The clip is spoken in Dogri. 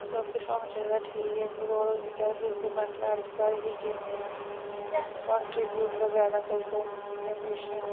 ओह् सब किश होना चाहिदा ठीक फिजीकल मैंटल हैल्थ सारी किश गेम गूम सारा कुछ कंट्रीबूट बगैरा कर दो इ'यां अग्गैं पिच्छै